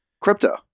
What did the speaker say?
crypto